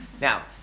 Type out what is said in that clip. Now